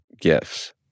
gifts